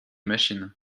machines